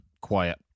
Quiet